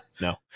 No